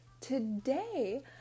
Today